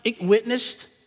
witnessed